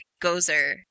Gozer